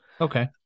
Okay